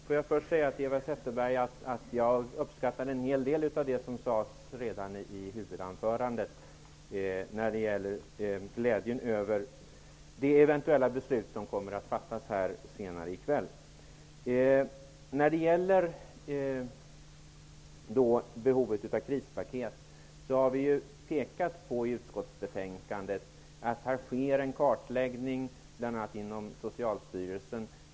Fru talman! Jag uppskattar en hel del av det Eva Zetterberg sade i sitt huvudanförande, bl.a. när det gäller glädjen över det eventuella beslut som skall fattas här senare i kväll. När det gäller behovet av krispaket har vi påpekat i utskottsbetänkandet att det sker en kartläggning bl.a. inom Socialstyrelsen.